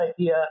idea